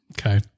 Okay